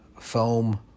foam